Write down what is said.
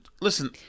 listen